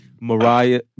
Mariah